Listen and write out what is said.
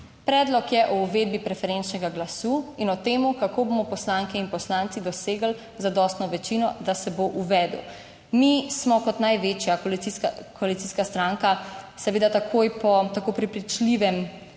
Predlog je o uvedbi preferenčnega glasu in o tem, kako bomo poslanke in poslanci dosegli zadostno večino, da se bo uvedel. Mi smo kot največja koalicijska, koalicijska stranka, seveda takoj po tako prepričljivem,